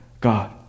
God